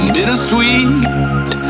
Bittersweet